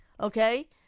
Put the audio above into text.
Okay